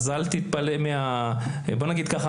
אז בואו נגיד ככה,